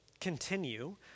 continue